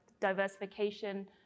diversification